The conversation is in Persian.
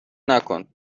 نکن